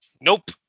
Nope